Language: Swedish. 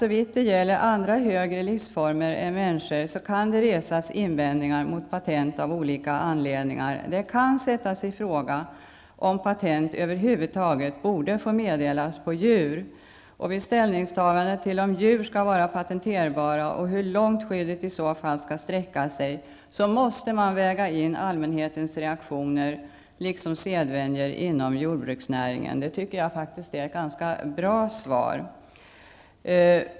När det gäller andra högre livsformer än människor kan det av olika anledningar resas invändningar mot patent. Man kan ifrågasätta om patent över huvud taget borde få meddelas på djur. I fråga om huruvida djur skall vara patenterbara och hur långt skyddet i så fall skall sträcka sig måste man väga in allmänhetens reaktioner liksom sedvänjor inom jordbruksnäringen. Jag tycker faktiskt att detta är ett ganska bra svar.